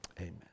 amen